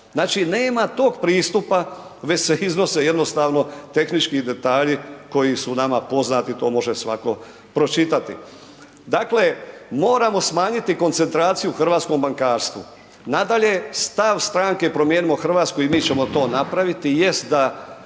Znači nema tog pristupa već se iznose jednostavno tehnički detalji koji su nama poznati, to može svako pročitati. Dakle, moramo smanjiti koncentraciju u hrvatskom bankarstvu. Nadalje, stav stranke Promijenimo Hrvatsku i mi ćemo to napraviti jest da